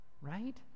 Right